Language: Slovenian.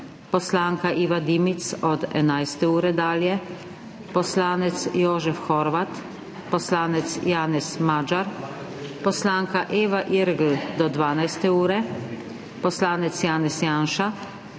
poslanka Iva Dimic od 11. ure dalje, poslanec Jožef Horvat, poslanec Janez Magyar, poslanka Eva Irgl do 12. ure, poslanec Janez Janša,